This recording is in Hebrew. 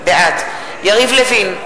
בעד יריב לוין,